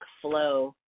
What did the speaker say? flow